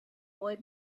boy